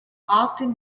often